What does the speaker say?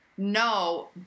No